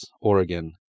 Oregon